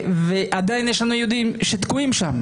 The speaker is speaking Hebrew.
כשעדיין יש לנו יהודים שתקועים שם.